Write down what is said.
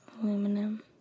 aluminum